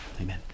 Amen